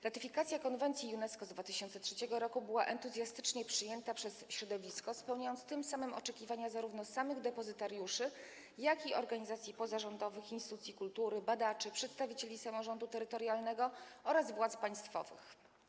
Ratyfikacja konwencji UNESCO z 2003 r. była entuzjastycznie przyjęta przez środowisko i spełniła tym samym oczekiwania zarówno samych depozytariuszy, jak i organizacji pozarządowych, instytucji kultury, badaczy, przedstawicieli samorządu terytorialnego oraz władz państwowych.